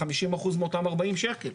את ה-50% מאותם 40 שקלים.